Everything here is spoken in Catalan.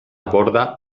borda